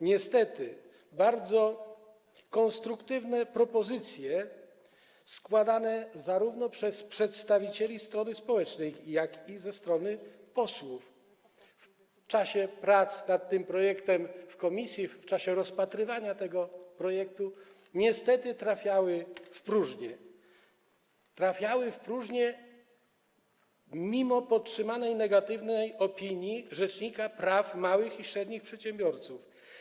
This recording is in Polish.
Niestety, bardzo konstruktywne propozycje składane zarówno przez przedstawicieli strony społecznej, jak i przez posłów podczas prac nad tym projektem w komisji, w czasie rozpatrywania tego projektu trafiały w próżnię mimo podtrzymanej negatywnej opinii rzecznika praw małych i średnich przedsiębiorców.